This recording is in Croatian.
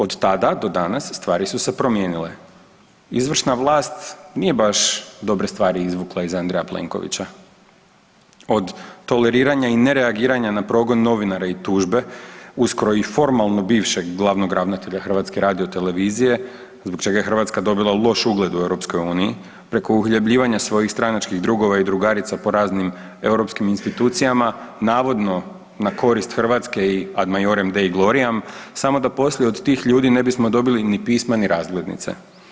Od tada do danas stvari su se promijenile, izvršna vlast nije baš dobre stvari izvukla iz Andreja Plenkovića, od toleriranja i nereagiranja na progon novinara i tužbe, uskoro i formalno bivšeg glavnog ravnatelje HRT-a zbog čega je Hrvatska dobila loš ugled u EU, preko uhljebljivanja svojih stranačkih drugova i drugarica po raznim europskim institucijama, navodno na korist Hrvatske i ad maiorem dei gloriam samo da poslije od tih ljudi ne bismo dobili ni pisma ni razglednice.